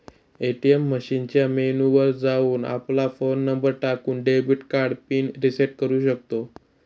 ATM मशीनच्या menu वर जाऊन, आपला फोन नंबर टाकून, डेबिट कार्ड पिन रिसेट करू शकतो